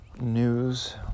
news